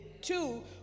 two